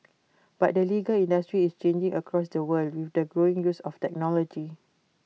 but the legal industry is changing across the world with the growing use of technology